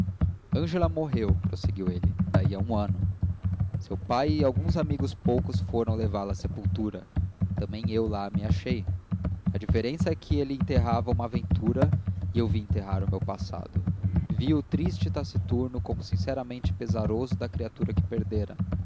ângela morreu prosseguiu ele daí a um ano seu pai e alguns amigos poucos foram levá-la à sepultura também eu lá me achei a diferença é que ele enterrava uma aventura e eu via enterrar o meu passado vi-o triste e taciturno como sinceramente pesaroso da criatura que perdera